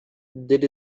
did